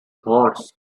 horse